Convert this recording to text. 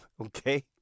Okay